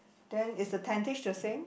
then is the tentage the same